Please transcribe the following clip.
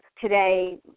today